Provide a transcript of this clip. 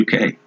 UK